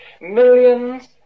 Millions